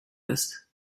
ist